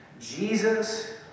Jesus